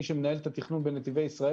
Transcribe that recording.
מי שמנהל את התכנון בנתיבי ישראל.